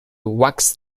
wax